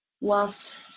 whilst